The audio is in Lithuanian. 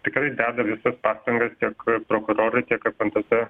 tikrai deda visas pastangas tiek prokurorai tiek fntt